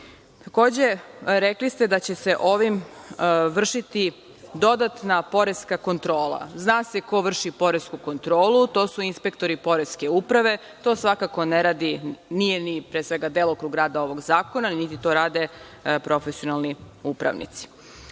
rekli ste da će se ovim vršiti dodatna poreska kontrola. Zna se ko vrši poresku kontrolu, to su inspektori poreske uprave, to svakako ne radi i nije ni delokrug rada ovog zakona, niti to rade profesionalni upravnici. Govorite